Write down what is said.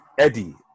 Eddie